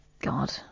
God